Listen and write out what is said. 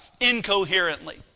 incoherently